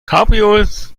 cabrios